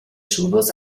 schulbus